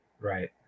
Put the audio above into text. right